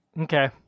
Okay